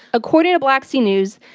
according to black sea news,